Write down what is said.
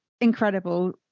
incredible